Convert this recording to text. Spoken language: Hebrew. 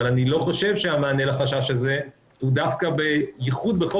אבל אני לא חושב שהמענה לחשש הזה הוא דווקא בייחוד בחוק